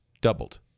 doubled